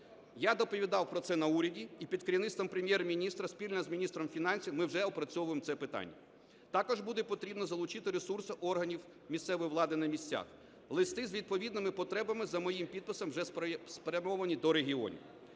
Я доповідав про це на уряді, і під керівництвом Прем'єр-міністра спільно з міністром фінансів ми вже опрацьовуємо це питання. Також буде потрібно залучити ресурси органів місцевої влади на місцях. Листи з відповідними потребами за моїм підписом вже спрямовані до регіонів.